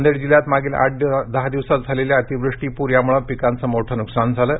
नांदेड जिल्ह्यात मागील आठ दहा दिवसात झालेल्या अतिवृष्टी पुर यामुळे पिकांचं मोठं नुकसान झालं आहे